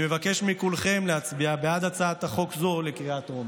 אני מבקש מכולכם להצביע בעד הצעת חוק זו בקריאה טרומית.